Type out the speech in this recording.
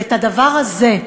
ולדבר הזה,